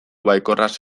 baikorraz